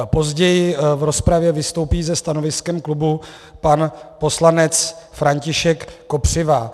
Později v rozpravě vystoupí se stanoviskem klubu pan poslanec František Kopřiva.